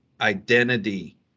identity